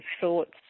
thoughts